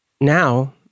now